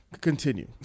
Continue